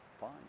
fine